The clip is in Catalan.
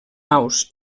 aus